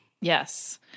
Yes